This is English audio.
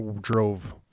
drove